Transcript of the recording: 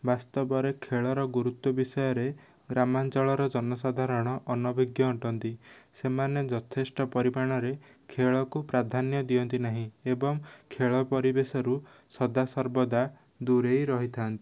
ବାସ୍ତବରେ ଖେଳର ଗୁରୁତ୍ୱ ବିଷୟରେ ଗ୍ରାମାଞ୍ଚଳର ଜନସାଧାରଣ ଅନଭିଜ୍ଞ ଅଟନ୍ତି ସେମାନେ ଯଥେଷ୍ଟ ପରିମାଣରେ ଖେଳକୁ ପ୍ରାଧାନ୍ୟ ଦିଅନ୍ତି ନାହିଁ ଏବଂ ଖେଳ ପରିବେଶରୁ ସଦାସର୍ବଦା ଦୂରେଇ ରହିଥାନ୍ତି